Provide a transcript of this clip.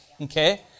Okay